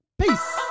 Peace